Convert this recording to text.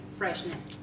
freshness